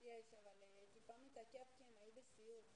בואו נראה איפה אנחנו רוצים להקים את הדבר היפה שהכינו בעמיגור,